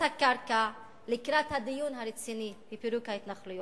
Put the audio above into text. הקרקע לקראת הדיון הרציני בפירוק ההתנחלויות.